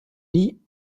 nie